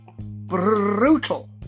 brutal